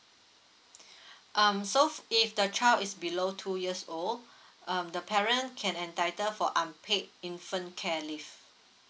um so if the child is below two years old um the parent can entitle for unpaid infant care leave